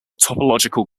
topological